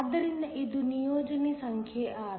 ಆದ್ದರಿಂದ ಇದು ನಿಯೋಜನೆ ಸಂಖ್ಯೆ 6